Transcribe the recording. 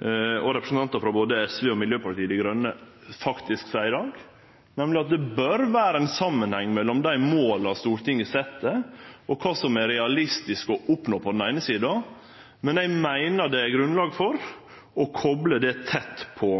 og representantar frå både SV og Miljøpartiet Dei Grøne kjem med i dag, nemleg at det bør vere ein samanheng mellom dei måla Stortinget set, og kva som er realistisk å oppnå, på den eine sida, men eg meiner det er grunnlag for å kople det tett på